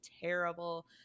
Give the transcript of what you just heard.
terrible –